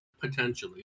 potentially